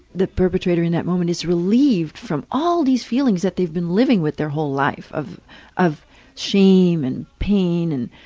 the perpetrator in that moment is relieved from all these feelings that they've been living with their whole life. life. of shame and pain and